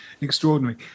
extraordinary